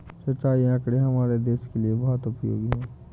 सिंचाई आंकड़े हमारे देश के लिए बहुत उपयोगी है